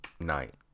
night